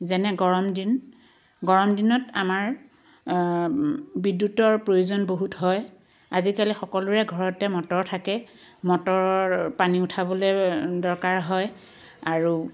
যেনে গৰম দিন গৰম দিনত আমাৰ বিদ্য়ুতৰ প্ৰয়োজন বহুত হয় আজিকালি সকলোৰে ঘৰতে মটৰ থাকে মটৰৰ পানী উঠাবলৈ দৰকাৰ হয় আৰু